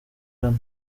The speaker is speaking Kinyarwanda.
hano